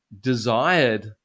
desired